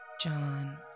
John